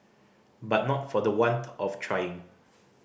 but not for the want of trying